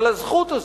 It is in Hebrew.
אבל הזכות הזאת,